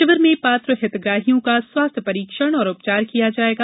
शिविर में पात्र हितग्राहियों का स्वास्थ्य परीक्षण और उपचार किया जायेगा